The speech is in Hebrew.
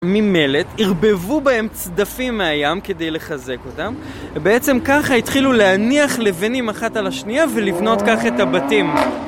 ממלט, ערבבו בהם צדפים מהים כדי לחזק אותם ובעצם ככה התחילו להניח לבנים אחת על השנייה ולבנות כך את הבתים